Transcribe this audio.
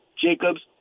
Jacobs